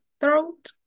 throat